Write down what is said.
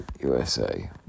USA